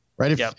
right